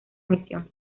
misión